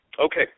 Okay